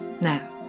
Now